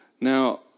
Now